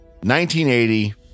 1980